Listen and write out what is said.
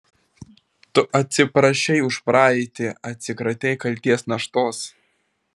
tu atsiprašei už praeitį atsikratei kaltės naštos